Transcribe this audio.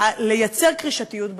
לייצר קרישתיות בדם,